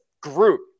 group